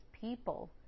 people